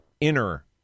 inner